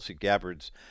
Gabbard's